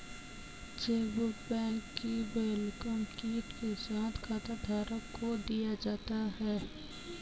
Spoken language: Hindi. चेकबुक बैंक की वेलकम किट के साथ खाताधारक को दिया जाता है